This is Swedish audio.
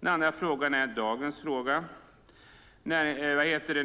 Sedan var det dagens fråga.